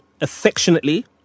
affectionately